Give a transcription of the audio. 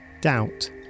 doubt